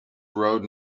rode